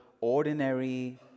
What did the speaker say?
ordinary